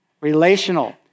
Relational